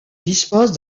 dispose